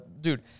dude